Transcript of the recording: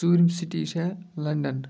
ژوٗرِم سِٹی چھےٚ لَنڈَن